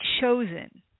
chosen